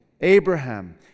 Abraham